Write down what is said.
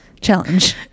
Challenge